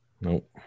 Nope